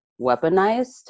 weaponized